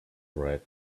red